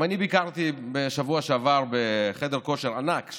גם אני ביקרתי בשבוע שעבר בחדר כושר ענק,